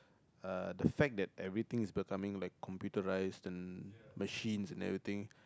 uh the fact that everything is becoming like computerised and machines and everything